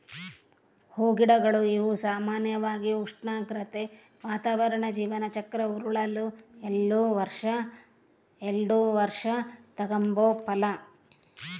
ಹೂಗಿಡಗಳು ಇವು ಸಾಮಾನ್ಯವಾಗಿ ಉಷ್ಣಾಗ್ರತೆ, ವಾತಾವರಣ ಜೀವನ ಚಕ್ರ ಉರುಳಲು ಎಲ್ಡು ವರ್ಷ ತಗಂಬೋ ಫಲ